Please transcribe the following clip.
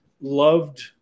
loved